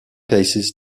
cases